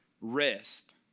rest